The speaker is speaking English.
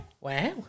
Wow